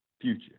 future